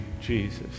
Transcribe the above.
Jesus